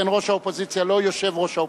כן, ראש האופוזיציה, לא יושב-ראש האופוזיציה.